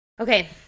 Okay